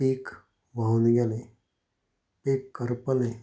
पीक व्हांवन गेलें पीक करपलें